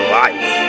life